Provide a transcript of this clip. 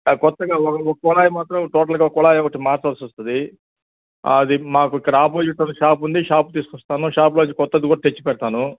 కొత్తగా ఒక ఒక కుళాయి మాత్రం టోటల్గా కుళాయి ఒకటి మార్చాల్సి వస్తుంది అది మాకు ఇక్కడ ఆపోజిట్లో ఒక షాప్ ఉంది షాప్ తీసుకు వస్తాము షాప్లో నుంచి కొత్తది కూడా తెచ్చిపెడతాను